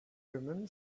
women